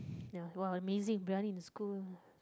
ya !wow! amazing briyani the school